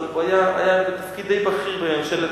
אבל הוא היה בתפקיד די בכיר בממשלת